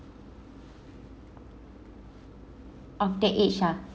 of that age ah